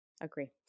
agree